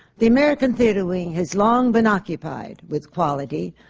the american theatre wing has long been occupied with quality,